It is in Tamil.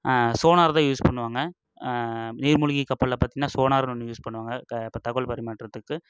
சோனார் தான் யூஸ் பண்ணுவாங்க நீர்மூழ்கி கப்பலில் பார்த்திங்கன்னா சோனார்னு ஒன்று யூஸ் பண்ணுவாங்க க இப்போ தகவல் பரிமாற்றத்துக்கு